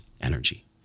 energy